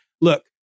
Look